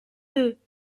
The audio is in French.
deux